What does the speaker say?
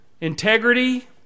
Integrity